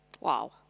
Wow